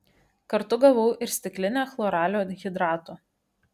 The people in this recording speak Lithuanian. kartu gavau ir stiklinę chloralio hidrato